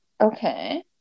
Okay